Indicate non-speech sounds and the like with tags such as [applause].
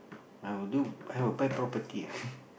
I will do I will buy property [breath]